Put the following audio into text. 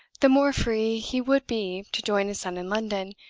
the more free he would be to join his son in london,